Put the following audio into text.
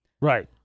Right